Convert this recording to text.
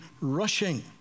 rushing